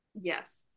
Yes